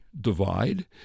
divide